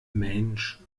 mensch